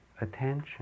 attention